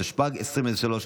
התשפ"ג 2023,